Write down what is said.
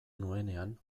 nuenean